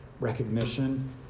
recognition